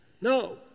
No